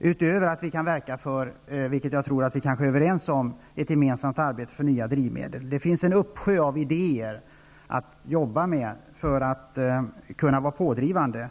och att vi skall kunna verka för, vilket jag tror att vi är överens om, ett gemensamt arbete för nya drivmedel. Det finns en uppsjö av idéer att jobba med för att kunna vara pådrivande.